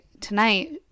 tonight